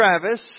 Travis